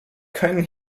keinen